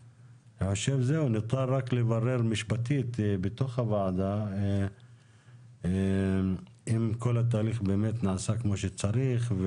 נותר רק לברר משפטית בתוך הוועדה אם כל התהליך באמת נעשה כמו שצריך,